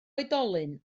oedolyn